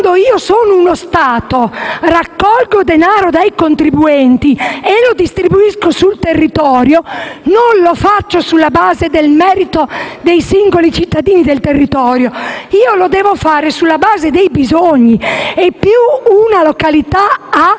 Se io sono lo Stato e raccolgo denaro dai contribuenti per distribuirlo sul territorio, non lo faccio sulla base del merito dei singoli cittadini del territorio ma sulla base dei bisogni. Una località che